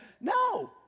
No